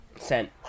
Sent